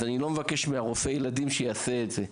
אני לא מבקש מרופא הילדים שיעשה את זה,